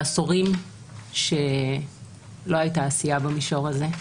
עשורים שלא היתה עשייה במישור הזה,